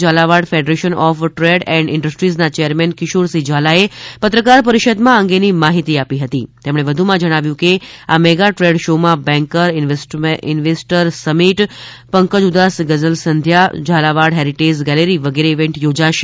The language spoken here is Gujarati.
Jhalawad federation of trade and ઇન્ડસ્ટ્રીઝના ચેરમેન કિશોરસિંહ ઝાલાએ પત્રકાર પરિષદમાં આ અંગેની માહિતી આપતાં જણાવ્યું હતું કે આ મેગા ટ્રેડ શો માં banker investor summit Pankaj Udhas ગઝલ સંધ્યા ઝાલાવાડ હેરિટેજ ગેલેરી વગેરે ઇવેન્ટ યોજાશે